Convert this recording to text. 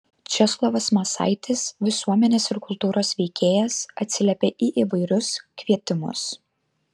česlovas masaitis visuomenės ir kultūros veikėjas atsiliepia į įvairius kvietimus